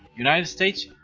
united states,